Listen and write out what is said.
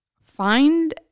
find